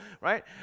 right